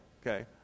Okay